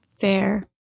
Fair